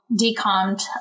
decommed